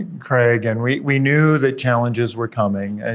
craig, and we we knew that challenges were coming. and